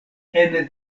ene